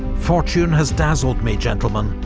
fortune has dazzled me, gentlemen.